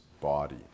body